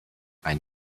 ein